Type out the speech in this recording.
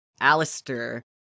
Alistair